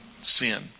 sin